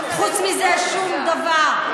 חוץ מזה, שום דבר.